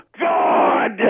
god